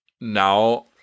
now